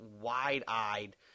wide-eyed